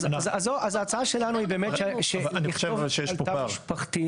אז ההצעה שלנו היא באמת לכתוב על תא משפחתי.